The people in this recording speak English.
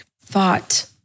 thought